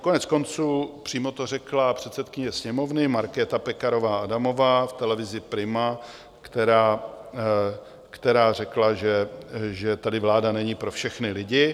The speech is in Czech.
Koneckonců přímo to řekla předsedkyně Sněmovny Markéta Pekarová Adamová v televizi Prima, která řekla, že tady vláda není pro všechny lidi.